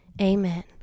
amen